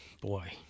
Boy